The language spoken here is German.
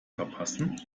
verpassen